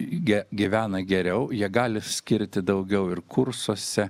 ge gyvena geriau jie gali skirti daugiau ir kursuose